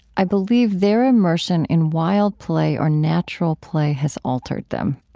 i believe, their immersion in wild play or natural play has altered them.